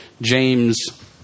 James